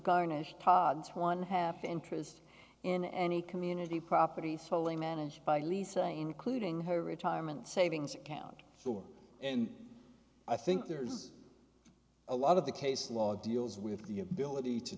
garnish one half interest in any community property stolen managed by lisa including her retirement savings account for and i think there's a lot of the case law deals with the ability to